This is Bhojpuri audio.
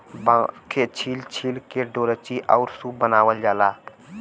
बांस के छील छील के डोल्ची आउर सूप बनावल जाला